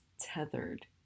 tethered